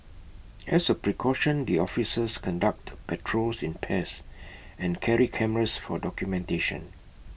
as A precaution the officers conduct patrols in pairs and carry cameras for documentation